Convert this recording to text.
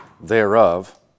thereof